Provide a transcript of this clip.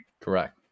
Correct